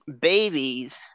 babies